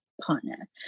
partner